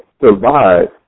survive